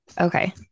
Okay